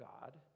God